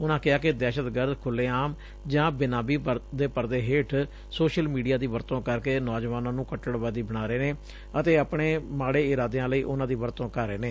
ਉਨਾ ਕਿਹਾ ਕਿ ਦਹਿਸ਼ਤਗਰਦ ਖੁਲ੍ਹੇਆਮ ਜਾ ਬੇਨਾਮੀ ਦੇ ਪਰਦੇ ਹੇਠ ਸੋਸਲ ਮੀਡੀਆ ਦੀ ਵਰਤੋ' ਕਰਕੇ ਨੌਜੁਆਨਾ ਨੂੰ ਕਟੱੜਵਾਦੀ ਬਣਾ ਰਹੇ ਨੇ ਅਤੇ ਆਪਣੇ ਮਾੜੇ ਇਰਾਦਿਆ ਲਈ ਉਨਾਂ ਦੀ ਵਰਤੋਂ ਕਰ ਰਹੇ ਨੇ